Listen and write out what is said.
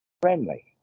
friendly